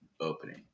opening